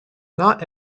not